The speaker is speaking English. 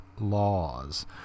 Laws